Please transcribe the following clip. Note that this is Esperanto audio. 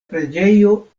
preĝejo